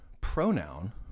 pronoun